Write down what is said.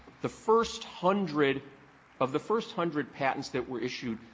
the first hundred of the first hundred patents that were issued,